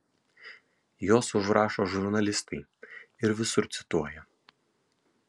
juos užrašo žurnalistai ir visur cituoja